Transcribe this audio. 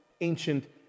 ancient